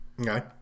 Okay